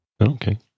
Okay